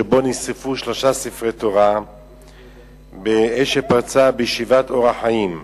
שבו נשרפו שלושה ספרי תורה באש שפרצה בישיבת "אור החיים"